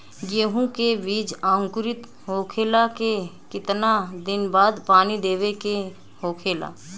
गेहूँ के बिज अंकुरित होखेला के कितना दिन बाद पानी देवे के होखेला?